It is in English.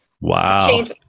Wow